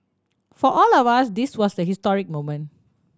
for all of us this was a historic moment